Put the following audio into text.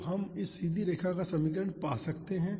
तो हम इस सीधी रेखा का समीकरण पा सकते हैं